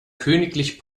königlich